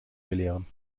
belehren